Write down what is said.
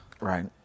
Right